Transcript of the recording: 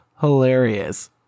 hilarious